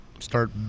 start